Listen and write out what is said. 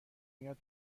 میاد